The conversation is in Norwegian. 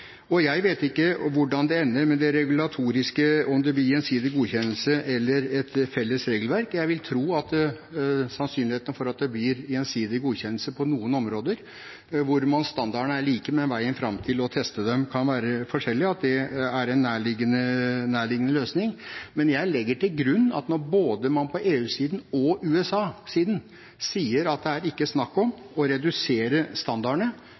og forhandles bort. Da blir debatten ganske krevende. Jeg vet ikke hvordan det ender med det regulatoriske – om det blir gjensidig godkjennelse eller et felles regelverk. Jeg vil tro at sannsynligheten for at det blir gjensidig godkjennelse på noen områder, hvor standardene er like, men veien fram til å teste dem kan være forskjellig, er en nærliggende løsning. Men jeg legger til grunn at når man både på EU-siden og på USA-siden sier at det ikke er snakk om å redusere standardene,